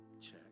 Check